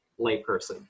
layperson